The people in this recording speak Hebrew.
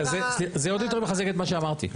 זה עוד יותר מחזק את מה שאמרתי.